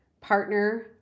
partner